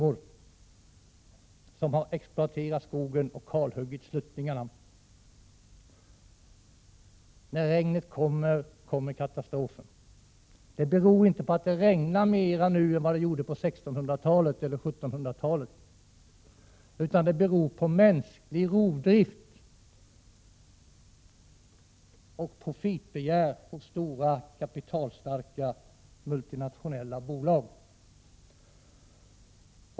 Sluttningarna har kalhuggits. När regnet kommer blir det katastrof. Det beror inte på att det skulle regna mer nu än det gjorde på 1600 och 1700-talen, utan det beror på mänsklig rovdrift och på profitbegär hos stora och kapitalstarka multinationella bolag.